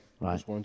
Right